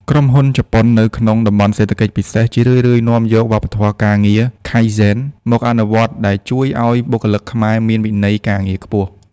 ក្រុមហ៊ុនជប៉ុននៅក្នុង តំបន់សេដ្ឋកិច្ចពិសេស ជារឿយៗនាំយកវប្បធម៌ការងារ "Kaizen" មកអនុវត្ត ដែលជួយឱ្យបុគ្គលិកខ្មែរមានវិន័យការងារខ្ពស់។